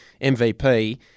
MVP